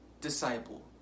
disciple